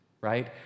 right